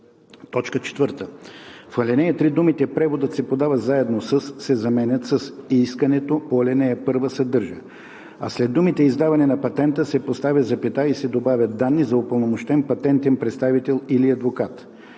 необходими“. 4. В ал. 3 думите „Преводът се подава заедно с“ се заменят с „Искането по ал. 1 съдържа“, а след думите „издаване на патента“ се поставя запетая и се добавя „данни за упълномощен патентен представител или адвокат“.